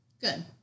Good